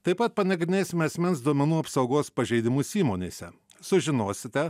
taip pat panagrinėsime asmens duomenų apsaugos pažeidimus įmonėse sužinosite